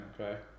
okay